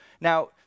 now